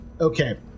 Okay